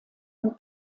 und